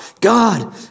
God